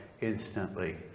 instantly